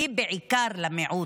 היא בעיקר למיעוט,